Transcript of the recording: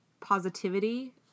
positivity